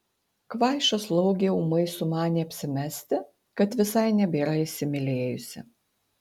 kvaiša slaugė ūmai sumanė apsimesti kad visai nebėra įsimylėjusi